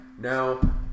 Now